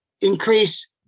increase